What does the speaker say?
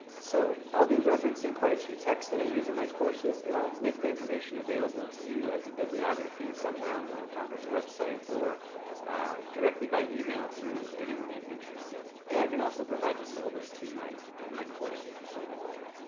so i'll be referencing quite a few texts that i use in my courses, and i'll make that information available to you as a bibliography somewhere on the conference website or directly by email to anyone who's interested. and i can also provide the syllabus to my my course if you so desire.